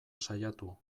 saiatu